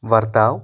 وَرتاو